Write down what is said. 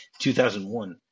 2001